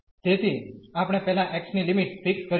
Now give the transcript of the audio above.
તેથી આપણે પહેલા x ની લિમિટ ફિકસ કરીશું